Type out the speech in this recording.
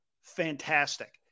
fantastic